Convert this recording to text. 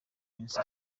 minsi